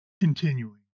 continuing